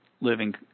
living